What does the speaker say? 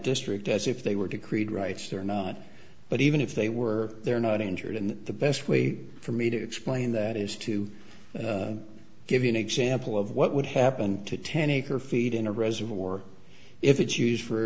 district as if they were decreed rights or not but even if they were they're not injured and the best way for me to explain that is to give you an example of what would happen to ten acre feet in a reservoir if it's used for